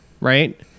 right